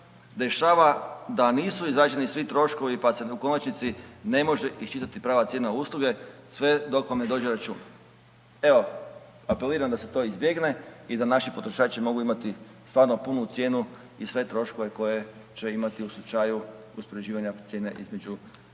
dešava da nisu izrađeni svi troškovi pa se u konačnici ne može iščitati prava cijena usluge sve dok vam ne dođe račun. Evo, apeliram da se to izbjegne i da naši potrošači mogu imati stvarno punu cijenu i sve troškove koje će imati u slučaju uspoređivanja cijene između više